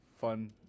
fun